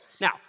Now